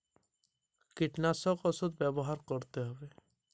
গমের পাতার মরিচের রোগ দমনে কি কি পরিমাপক পদক্ষেপ নেওয়া হয়?